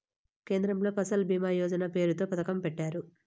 కేంద్రంలో ఫసల్ భీమా యోజన పేరుతో పథకం పెట్టారు